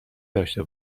داشته